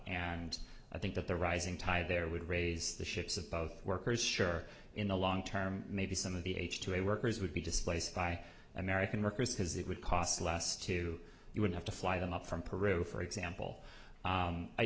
and i think that the rising tide there would raise the ships of both workers sure in the long term maybe some of the h two a workers would be displaced by american workers because it would cost less to you would have to fly them up from peru for example